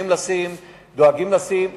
מקפידים ודואגים לשים.